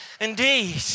Indeed